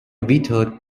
vetoed